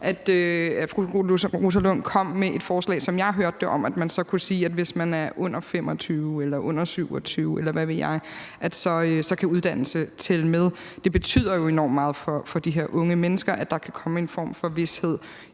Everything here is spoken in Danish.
Fru Rosa Lund kom, som jeg hørte det, med et forslag om, at man så kunne sige, at hvis man er under 25 år, under 27 år, eller hvad ved jeg, så kan uddannelse tælle med. Det betyder jo enormt meget for de her unge mennesker, at der kan komme en form for vished.